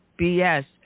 BS